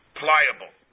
pliable